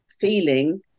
feeling